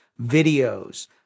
videos